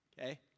okay